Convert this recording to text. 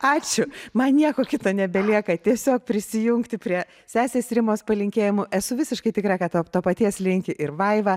ačiū man nieko kita nebelieka tiesiog prisijungti prie sesės rimos palinkėjimų esu visiškai tikra kad to to paties linki ir vaiva